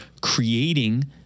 creating